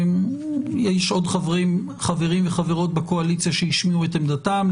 יש עוד חברים וחברות בקואליציה שהשמיעו את עמדתם.